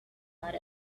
about